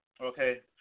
okay